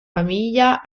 famiglia